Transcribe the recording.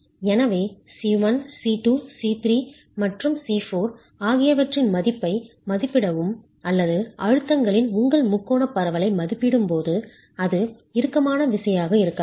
எனவே C1 C2 C3 மற்றும் C4 ஆகியவற்றின் மதிப்பை மதிப்பிடவும் அல்லது அழுத்தங்களின் உங்கள் முக்கோணப் பரவலை மதிப்பிடும் போது அது இறுக்கமான விசையாக இருக்கலாம்